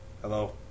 Hello